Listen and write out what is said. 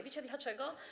Wiecie dlaczego?